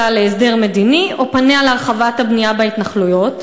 להסדר מדיני או להרחבת הבנייה בהתנחלויות?